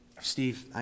Steve